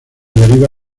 deriva